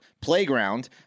playground